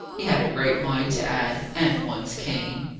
he had a great mind to add, and one's cane.